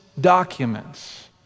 documents